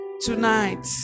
Tonight